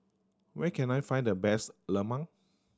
where can I find the best lemang